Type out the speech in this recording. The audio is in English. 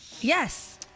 Yes